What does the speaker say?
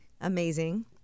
amazing